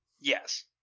Yes